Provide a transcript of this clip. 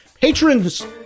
patrons